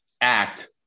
act